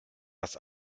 das